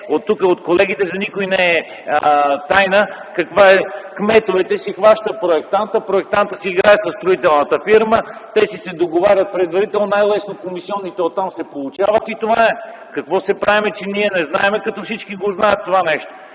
от колегите не е тайна: кметът си хваща проектанта, проектантът си играе със строителната фирма, те си се договарят предварително, най-лесно комисионните оттам се получават - това е. Какво се правим, че не знаем, като всички го знаят това нещо?!